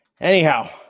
Anyhow